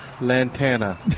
Lantana